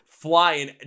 flying